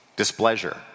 displeasure